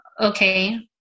Okay